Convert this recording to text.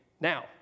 now